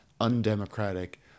undemocratic